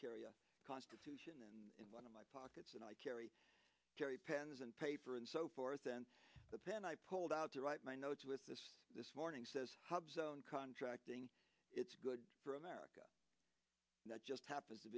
carry a constitution and in one of my pockets and i carry carry pens and paper and so forth and the pen i pulled out to write my notes with this this morning says zone contracting it's good for america not just happens to